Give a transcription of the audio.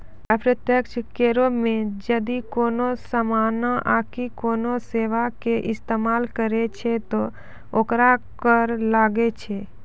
अप्रत्यक्ष करो मे जदि कोनो समानो आकि कोनो सेबा के इस्तेमाल करै छै त ओकरो कर लागै छै